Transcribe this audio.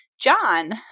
John